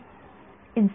विद्यार्थीः इंसिडेन्ट